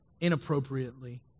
inappropriately